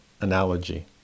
analogy